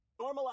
normalize